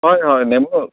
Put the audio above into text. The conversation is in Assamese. হয় হয় নেমু